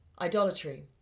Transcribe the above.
Idolatry